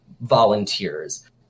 volunteers